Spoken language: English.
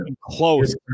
close